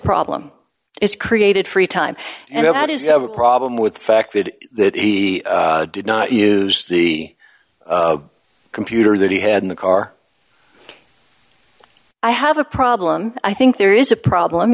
problem it's created free time and that is never a problem with the fact that he did not use the computer that he had in the car i have a problem i think there is a problem